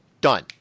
Done